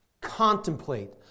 contemplate